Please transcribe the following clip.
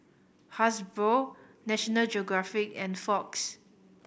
Hasbro National Geographic and Fox